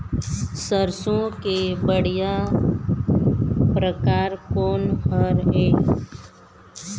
सरसों के बढ़िया परकार कोन हर ये?